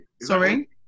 Sorry